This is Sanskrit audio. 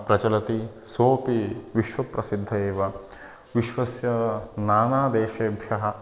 प्रचलति सोपि विश्वप्रसिद्धः एव विश्वस्य नाना देशेभ्यः